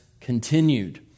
continued